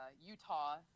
Utah